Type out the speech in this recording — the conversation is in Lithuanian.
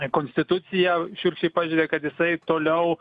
konstituciją šiurkščiai pažeidė kad jisai toliau